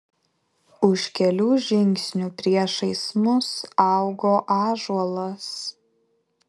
už kelių žingsnių priešais mus augo ąžuolas